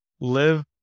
live